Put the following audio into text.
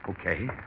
Okay